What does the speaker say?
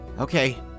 Okay